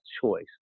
choice